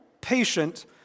patient